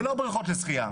זה לא בריכות לשחייה.